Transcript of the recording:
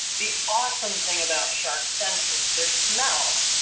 the awesome thing about sharks senses, their smell,